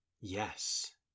Yes